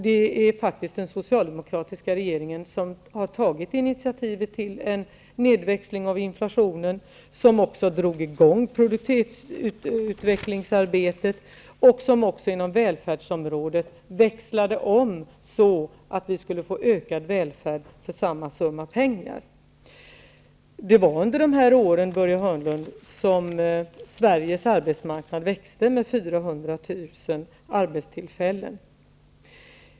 Det är faktiskt den socialdemokratiska regeringen som tog initiativet till en nedväxling av inflationen, vilket också drog i gång produktivitetsutvecklingsarbetet och inom välfärdsområdet ''växlade om'' så att vi fick ökad välfärd för samma summa pengar. Det var under dessa år, Börje Hörnlund, som Sveriges arbetsmarknad växte med 400 000 arbetstillfällen.